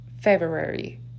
February